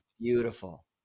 Beautiful